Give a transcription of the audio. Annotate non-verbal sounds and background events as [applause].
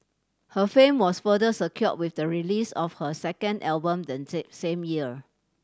her fame was further secure with the release of her second album then [unintelligible] same year